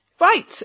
Right